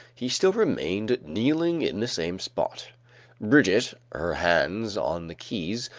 he still remained kneeling in the same spot brigitte, her hands on the keys,